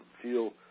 Feel